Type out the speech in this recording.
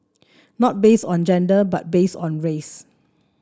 not based on gender but based on race